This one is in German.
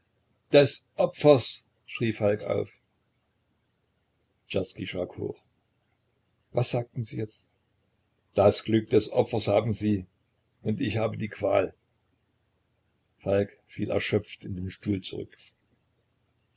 des opfers schrie falk auf czerski schrak hoch was sagten sie jetzt das glück des opfers haben sie und ich habe die qual falk fiel erschöpft in den stuhl zurück